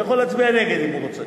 הוא יכול להצביע נגד אם הוא רוצה.